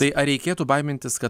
tai ar reikėtų baimintis kad